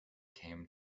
came